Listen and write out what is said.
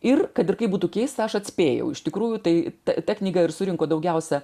ir kad ir kaip būtų keista aš atspėjau iš tikrųjų tai ta knyga ir surinko daugiausia